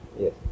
Yes